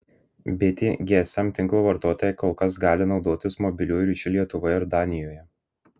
bitė gsm tinklo vartotojai kol kas gali naudotis mobiliuoju ryšiu lietuvoje ir danijoje